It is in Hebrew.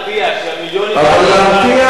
שאני לא, אבל להרתיע איך?